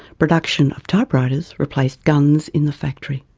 production of typewriters replaced guns in the factory.